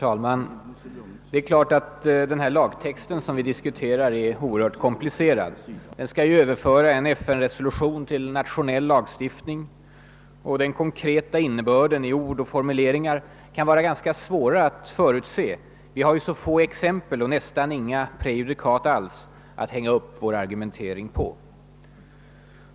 Herr talman! Det är klart att den lagtext vi diskuterar är oerhört komplicerad. Den skall överföra en FN-resolution till nationell lagstiftning. Den konkreta innebörden i ord och formuleringar kan vara ganska svår att förutse. Vi har ju så få exempel och nästan inga prejudikat alls att hänga upp vår argumentering på.